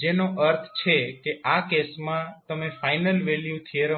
જેનો અર્થ છે કે આ કેસમાં તમે ફાઇનલ વેલ્યુ થીયરમ એપ્લાય કરી શકતા નથી